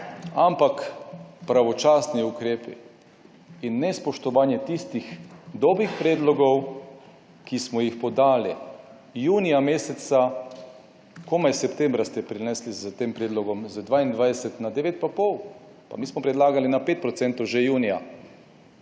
ampak pravočasni ukrepi in nespoštovanje tistih dobrih predlogov, ki smo jih podali junija meseca. Komaj septembra ste prinesli s tem predlogom z 22 na 9,5. Pa mi smo predlagali na 5 % že junija.